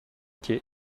quai